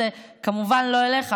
זה כמובן לא אליך,